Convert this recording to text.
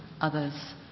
others